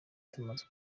tumaze